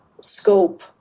scope